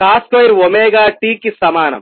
C3cos2 ωt కి సమానం